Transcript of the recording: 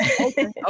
Okay